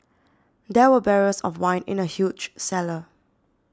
there were barrels of wine in the huge cellar